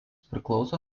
priklauso